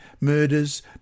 murders